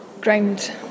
ground